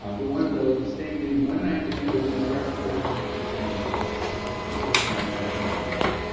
and we want them, though, to stay maybe one night with you, but then the rest of their time they should be staying in a hotel. so let's keep working on that aspect of it.